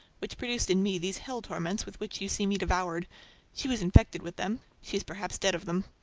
which produced in me those hell torments with which you see me devoured she was infected with them, she is perhaps dead of them.